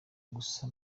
gusa